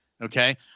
okay